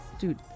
Dude